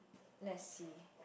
let's see